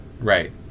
Right